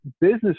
business